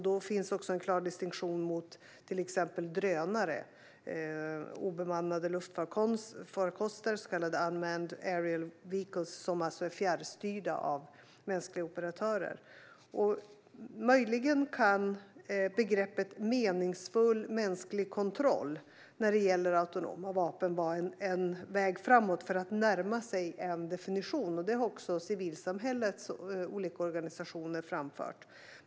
Då finns det en klar distinktion mot till exempel drönare, obemannade luftfarkoster, så kallade unmanned area vehicles, som alltså är fjärrstyrda av mänskliga operatörer. Möjligen kan begreppet "meningsfull mänsklig kontroll" när det gäller autonoma vapen vara en väg framåt för att närma sig en definition. Det har också civilsamhällets olika organisationer framfört.